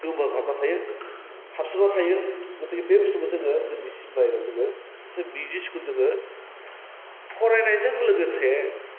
गोमो हाबना थायो हाबसोना थायो गथिके बे बुस्थुखौ जोङो जोंनि सिमला एरियायाव जोङो मोनसे मिउजिक स्कुल जोङो फरायनायजों लोगोसे